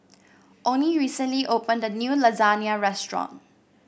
Onie recently opened a new Lasagna restaurant